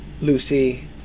Lucy